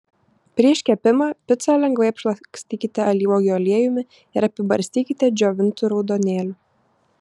prieš kepimą picą lengvai apšlakstykite alyvuogių aliejumi ir apibarstykite džiovintu raudonėliu